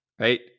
right